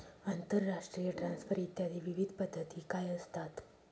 आंतरराष्ट्रीय ट्रान्सफर इत्यादी विविध पद्धती काय असतात?